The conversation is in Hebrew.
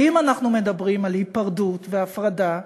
ואם אנחנו מדברים על היפרדות והפרדה,